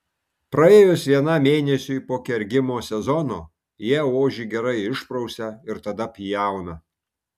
praėjus vienam mėnesiui po kergimo sezono jie ožį gerai išprausia ir tada pjauna